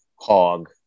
hog